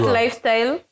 lifestyle